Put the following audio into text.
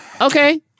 Okay